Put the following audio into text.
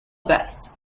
best